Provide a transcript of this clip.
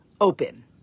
open